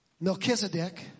Melchizedek